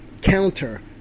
counter